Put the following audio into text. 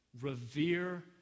revere